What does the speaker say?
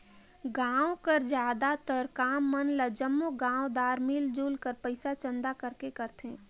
गाँव कर जादातर काम मन ल जम्मो गाँवदार मिलजुल कर पइसा चंदा करके करथे